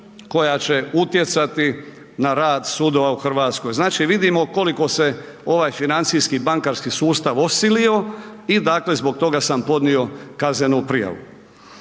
koja će utjecati na rad sudova u RH, znači vidimo koliko se ovaj financijski bankarski sustav osilio i dakle zbog toga sam podnio kaznenu prijavu.